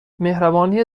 مهربانی